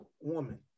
woman